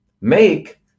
make